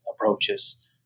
approaches